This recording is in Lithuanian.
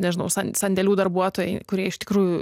nežinau san sandėlių darbuotojai kurie iš tikrųjų